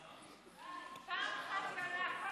פעם אחת, כל